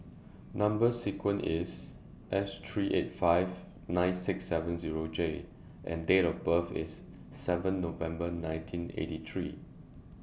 Number sequence IS S three eight five nine six seven Zero J and Date of birth IS seven November nineteen eighty three